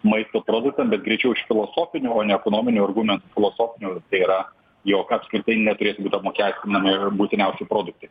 maisto produktam bet greičiau iš filosofinių o ne ekonominių argumentų filosofinių tai yra jog apskritai neturėtų būt apmokestinami būtiniausi produktai